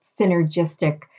synergistic